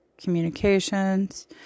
communications